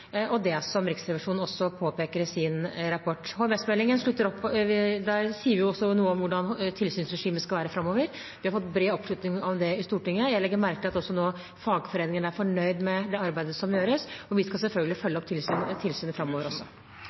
og det som Riksrevisjonen også påpeker i sin rapport. HMS-meldingen sier også noe om hvordan tilsynsregimet skal være framover. Vi har fått bred oppslutning om det i Stortinget. Jeg legger merke til at også fagforeningene nå er fornøyd med det arbeidet som gjøres, og vi skal selvfølgelig følge opp tilsynet framover. Jeg skal fortsette med fagforeningene, fordi helse, miljø og sikkerhet for ansatte, men også